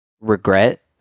regret